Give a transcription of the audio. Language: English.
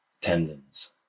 tendons